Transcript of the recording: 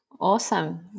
Awesome